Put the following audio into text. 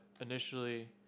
initially